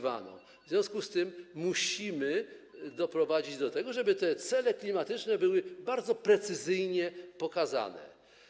W związku z tym musimy doprowadzić do tego, żeby te cele klimatyczne były bardzo precyzyjnie określone.